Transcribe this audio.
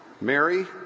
Mary